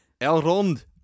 Elrond